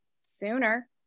sooner